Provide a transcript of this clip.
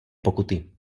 pokuty